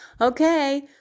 Okay